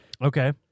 Okay